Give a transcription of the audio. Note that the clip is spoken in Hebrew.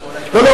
הוא התכוון,